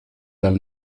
dal